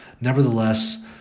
Nevertheless